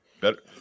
Better